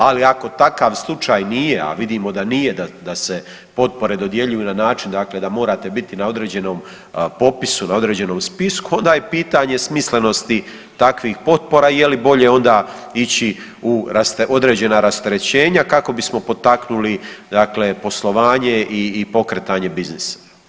Ali ako takav slučaj nije, a vidimo da nije, da se potpore dodjeljuju na način dakle da morate biti na određenom popisu, na određenom spisku, onda je pitanje smislenosti takvih potpora i je li bolje onda ići u određena rasterećenja kako bismo potaknuli dakle poslovanje i pokretanje biznisa.